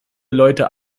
leute